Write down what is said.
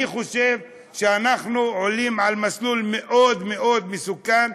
אני חושב שאנחנו עולים על מסלול מאוד מאוד מסוכן.